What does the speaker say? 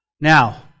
Now